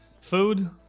Food